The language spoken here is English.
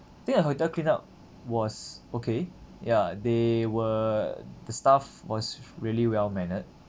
think the hotel clean up was okay ya they were the staff was really well mannered